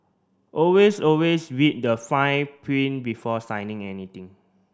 always always read the fine print before signing anything